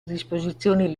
disposizioni